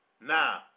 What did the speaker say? Now